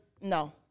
No